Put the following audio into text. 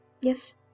Yes